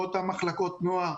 לא אותן מחלקות נוער.